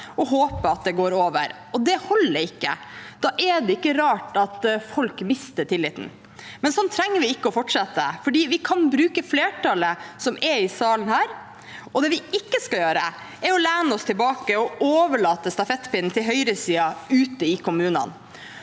og håpe at det går over – og det holder ikke. Da er det ikke rart at folk mister tilliten. Men sånn trenger vi ikke å fortsette, for vi kan bruke flertallet her i salen. Det vi ikke skal gjøre, er å lene oss tilbake og overlate stafettpinnen til høyresiden ute i kommunene.